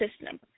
system